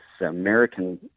American